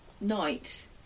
night